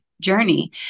journey